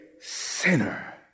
sinner